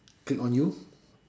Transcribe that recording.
click on you